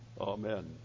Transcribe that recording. Amen